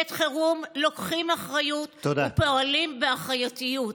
בעת חירום לוקחים אחריות ופועלים באחריותיות,